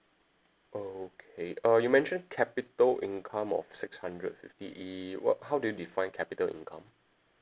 okay uh you mentioned capita income of six hundred fifty uh what how do you define capita income